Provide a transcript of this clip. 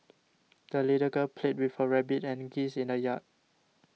the little girl played with her rabbit and geese in the yard